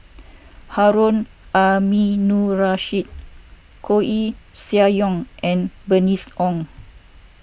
Harun Aminurrashid Koeh Sia Yong and Bernice Ong